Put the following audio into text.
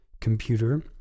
computer